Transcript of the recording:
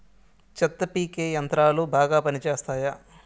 చెత్త పీకే యంత్రాలు బాగా పనిచేస్తాయా?